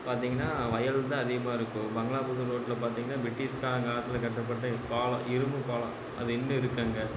பார்த்திங்கனா வயல்தான் அதிகமாக இருக்கும் பங்களாபுதூர் ரோட்டில் பார்த்திங்கனா பிரிட்டிஷ்காரன் காலத்தில் கட்டப்பட்ட பாலம் இரும்பு பாலம் அது இன்னும் இருக்குது அங்கே